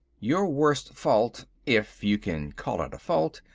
your worst fault if you can call it a fault,